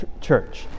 church